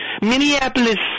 Minneapolis